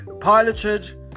piloted